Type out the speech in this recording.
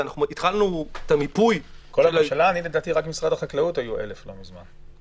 והתחלנו את המיפוי --- לדעתי רק במשרד החקלאות היו 1,000 לא מזמן.